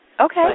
Okay